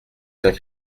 saint